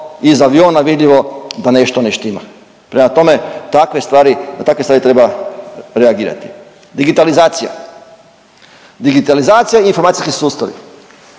iz aviona vidljivo da nešto ne štima. Prema tome, takve stvari, na takve stvari treba reagirati. Digitalizacija. Digitalizacija informacijski sustavi.